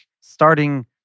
starting